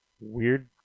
weird